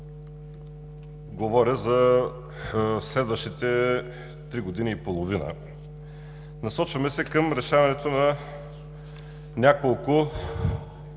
говоря за следващите три години и половина. Насочваме се към решаването на няколко